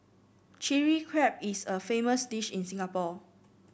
Chilli Crab is a famous dish in Singapore